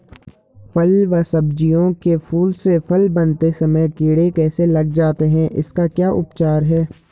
फ़ल व सब्जियों के फूल से फल बनते समय कीड़े कैसे लग जाते हैं इसका क्या उपचार है?